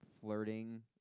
flirting